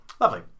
lovely